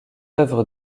œuvre